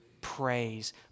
Praise